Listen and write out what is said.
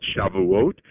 Shavuot